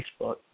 Facebook